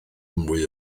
mwy